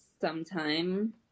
sometime